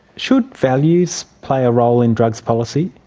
should values play a role in drugs policy?